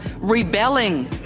rebelling